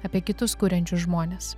apie kitus kuriančius žmones